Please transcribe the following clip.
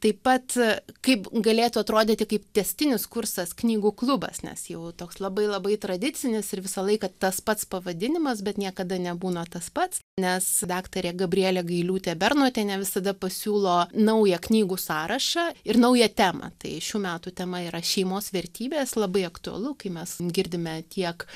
taip pat kaip galėtų atrodyti kaip tęstinis kursas knygų klubas nes jau toks labai labai tradicinis ir visą laiką tas pats pavadinimas bet niekada nebūna tas pats nes daktarė gabrielė gailiūtė bernotienė visada pasiūlo naują knygų sąrašą ir naują temą tai šių metų tema yra šeimos vertybės labai aktualu kai mes girdime tiek